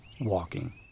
WALKING